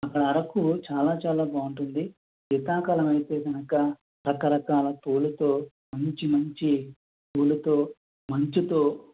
అక్కడ అరకు చాలా చాలా బావుంటుంది సీతాకాలం అయితే కనుక రకరకాల పూలతో మంచి మంచి పూలతో మంచుతో